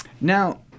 Now